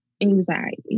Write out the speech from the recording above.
Anxiety